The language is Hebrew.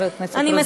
חברת הכנסת רוזין.